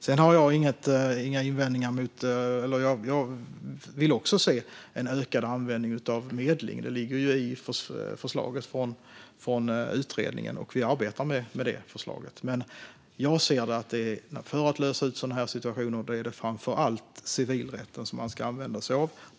Sedan har jag inga invändningar mot en ökad användning av medling, utan jag vill också se det. Det ligger ju i förslaget från utredningen, och vi arbetar med det förslaget. Men för att lösa sådana här situationer anser jag att det är framför allt civilrätten man ska använda sig av.